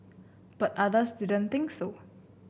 but others didn't think so